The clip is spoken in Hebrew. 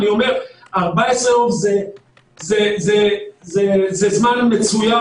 אני אומר ש-14 היום זה זמן מצוין,